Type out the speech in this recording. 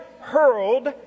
hurled